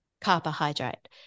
carbohydrate